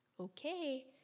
Okay